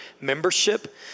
membership